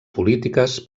polítiques